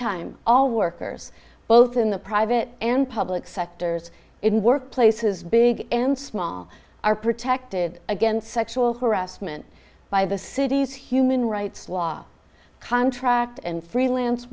time all workers both in the private and public sectors in workplaces big and small are protected against sexual harassment by the city's human rights law contract and freelance